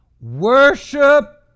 Worship